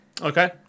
Okay